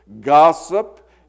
gossip